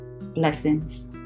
Blessings